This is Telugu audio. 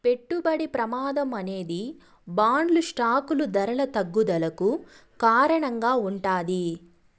పెట్టుబడి ప్రమాదం అనేది బాండ్లు స్టాకులు ధరల తగ్గుదలకు కారణంగా ఉంటాది